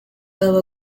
aba